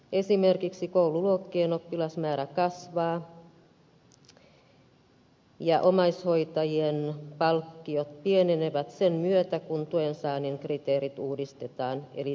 esimerkiksi koululuok kien oppilasmäärä kasvaa ja omaishoitajien palkkiot pienenevät sen myötä että tuen saannin kriteerit uudistetaan eli tiukennetaan